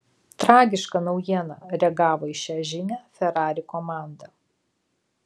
tragiška naujiena reagavo į šią žinią ferrari komanda